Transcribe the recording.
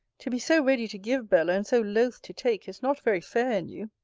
to be so ready to give, bella, and so loth to take, is not very fair in you.